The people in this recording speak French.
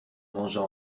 mangea